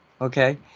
okay